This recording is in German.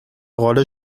rolle